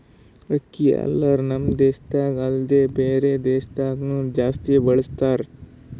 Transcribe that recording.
ಅಕ್ಕಿ ಹಲ್ಲರ್ ನಮ್ ದೇಶದಾಗ ಅಲ್ದೆ ಬ್ಯಾರೆ ದೇಶದಾಗನು ಜಾಸ್ತಿ ಬಳಸತಾರ್